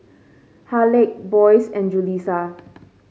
Haleigh Boyce and Julisa